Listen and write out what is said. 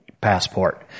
passport